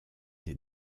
des